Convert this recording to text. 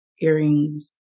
earrings